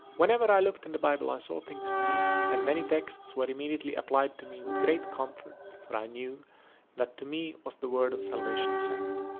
whenever i looked in the bible i saw things new, and many texts were immediately applied to me with great comfort, for i knew that to me was the word of salvation sent.